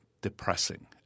depressing